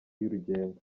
y’urugendo